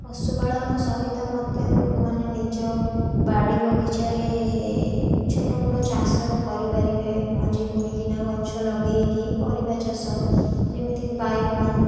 ପଶୁପାଳନ ସହିତ ମଧ୍ୟ ଲୋକମାନେ ନିଜ ବାଡ଼ି ବଗିଚାରେ ଛୋଟ ମୋଟ ଚାଷ କରିପାରିବେ ମଞ୍ଜି ବୁଣିକିନା ଗଛ ଲଗେଇକି ପରିବା ଚାଷ ଯେମିତିକି ବାଇଗଣ